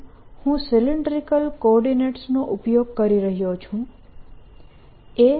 અહીં હું cylindrical coordinates નો ઉપયોગ કરી રહ્યો છું